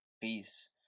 Peace